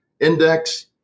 index